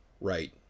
right